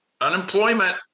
unemployment